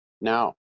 now